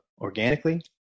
organically